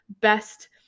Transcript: best